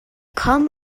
come